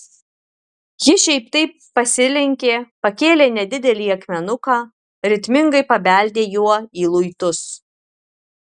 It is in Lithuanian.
ji šiaip taip pasilenkė pakėlė nedidelį akmenuką ritmingai pabeldė juo į luitus